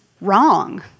wrong